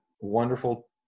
wonderful